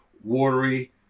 watery